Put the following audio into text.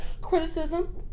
criticism